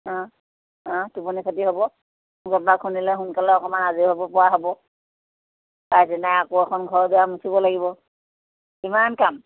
অঁ অঁ টোপনি ক্ষতি হ'ব সোনকালৰ পৰা খুন্দিলে অকণমান আজৰি হ'ব পৰা হ'ব পাৰ তাৰ পিচ দিনাই আকৌ এখন ঘৰ দুৱাৰ মুচিব লাগিব কিমান কাম